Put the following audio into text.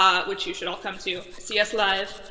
um which you should all come to. see us live!